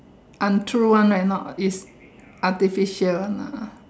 I currently I met not if I prefer that